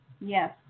Yes